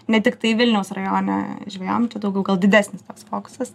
ne tiktai vilniaus rajone žvejojam čia daugiau gal didesnis toks fokusas